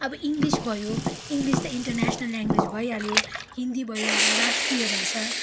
अब इङ्गलिस भयो इङ्गलिस त इन्टरनेसनल ल्याङ्गवेज भइहाल्यो हिन्दी भयो हाम्रो राष्ट्रिय भाषा